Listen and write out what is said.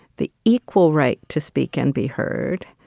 the equal right to speak and be heard,